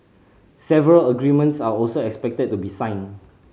several agreements are also expected to be signed